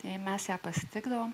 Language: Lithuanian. jei mes ją pasitikdavome